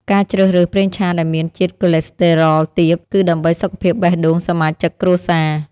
ការជ្រើសរើសប្រេងឆាដែលមានជាតិកូឡេស្តេរ៉ុលទាប គឺដើម្បីសុខភាពបេះដូងសមាជិកគ្រួសារ។